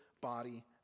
body